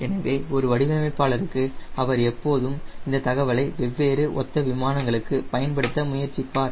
எனவே ஒரு வடிவமைப்பாளருக்கு அவர் எப்போதும் இந்த தகவலை வெவ்வேறு ஒத்த விமானங்களுக்கு பயன்படுத்த முயற்சிப்பார்